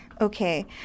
Okay